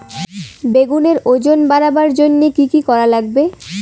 বেগুনের ওজন বাড়াবার জইন্যে কি কি করা লাগবে?